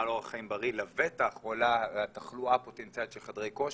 על אורח בריא לבטח עולה על התחלואה הפוטנציאלית של חדרי כושר.